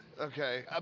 Okay